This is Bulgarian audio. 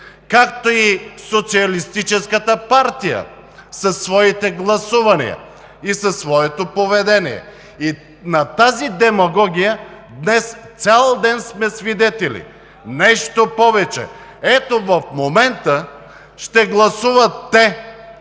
както и Социалистическата партия със своите гласувания и със своето поведение. На тази демагогия днес цял ден сме свидетели! Нещо повече, ето, в момента те ще гласуват за